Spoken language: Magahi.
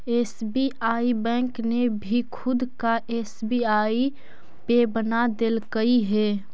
एस.बी.आई बैंक ने भी खुद का एस.बी.आई पे बना देलकइ हे